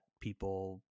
people